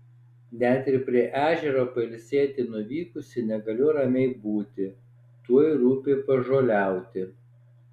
net ir prie ežero pailsėti nuvykusi negaliu ramiai būti tuoj rūpi pažoliauti